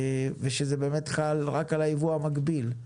ושזה באמת חל רק על הייבוא המקביל,